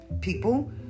people